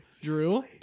Drew